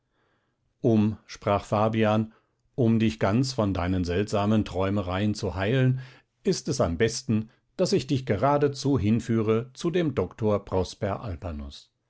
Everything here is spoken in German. um sprach fabian um dich ganz von deinen seltsamen träumereien zu heilen ist es am besten daß ich dich geradezu hinführe zu dem doktor prosper